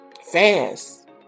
Fast